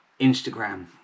Instagram